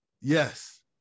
Yes